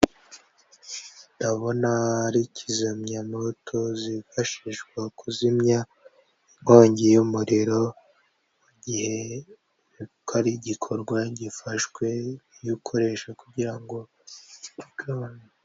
Ndabona ari kizimyamoto zifashishwa kuzimya inkongi y'umuriro mu gihe hari igikorwa gifashwe ni yo ukoresha kugira ngo ubigabanye.